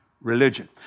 religion